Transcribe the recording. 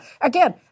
again